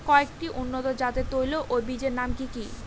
কয়েকটি উন্নত জাতের তৈল ও বীজের নাম কি কি?